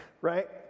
right